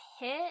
hit